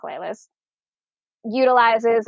playlist—utilizes